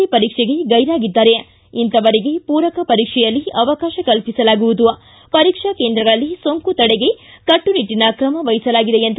C ಪರೀಕ್ಷೆಗೆ ಗೈರಾಗಿದ್ದಾರೆ ಇಂಥವರಿಗೆ ಪೂರಕ ಪರೀಕ್ಷೆಯಲ್ಲಿ ಅವಕಾಶ ಕಲ್ಪಿಸಲಾಗುವುದು ಪರೀಕ್ಷಾ ಕೇಂದ್ರಗಳಲ್ಲಿ ಸೋಂಕು ತಡೆಗೆ ಕಟ್ಲುನಿಟ್ಲಿನ ಕ್ರಮ ವಹಿಸಲಾಗಿದೆ ಎಂದರು